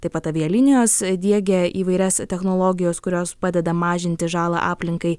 taip pat avialinijos diegia įvairias technologijos kurios padeda mažinti žalą aplinkai